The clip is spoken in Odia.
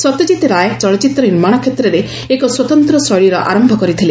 ସତ୍ୟଜିତ୍ ରାୟ ଚଳଚ୍ଚିତ୍ର ନିର୍ମାଣ କ୍ଷେତ୍ରରେ ଏକ ସ୍ୱତନ୍ତ୍ର ଶୈଳୀର ଆରମ୍ଭ କରିଥିଲେ